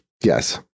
Yes